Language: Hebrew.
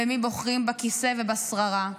ומי בוחרים בכיסא ובשררה.